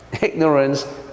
Ignorance